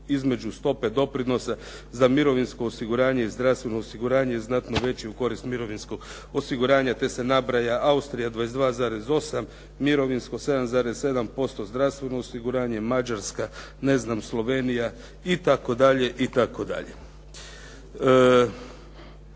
između stope doprinosa za mirovinsko osiguranje i zdravstveno osiguranje je znatno veće u korist mirovinskog osiguranja, te se nabraja Austrija 22,8 mirovinsko 7,7%, zdravstveno osiguranje, Mađarska, ne znam Slovenija itd. Što